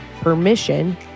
permission